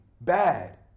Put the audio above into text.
Bad